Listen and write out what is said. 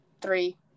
three